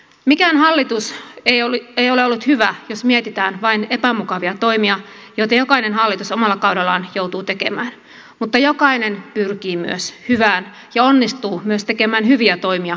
mikään hallitus ei ole ollut hyvä jos mietitään vain epämukavia toimia joita jokainen hallitus omalla kaudellaan joutuu tekemään mutta jokainen pyrkii myös hyvään ja onnistuu myös tekemään hyviä toimia yhteiskuntamme eteen